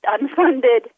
unfunded